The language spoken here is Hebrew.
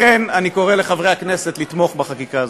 לכן אני קורא לחברי הכנסת לתמוך בחקיקה הזאת.